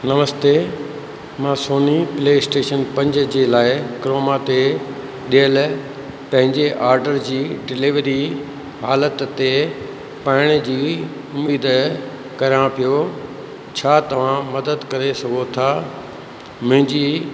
नमस्ते मां Sony PlayStation पंज जे लाइ क्रोमा ते ॾियल पंहिंजे आडर जी डिलेवरी हालत ते पढ़ण जी उम्मीद करां पियो छा तव्हां मदद करे सघो था मुंहिंजी